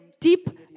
deep